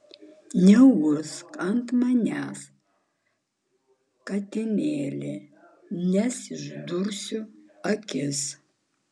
neurgzk ant manęs katinėli nes išdursiu akis